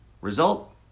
Result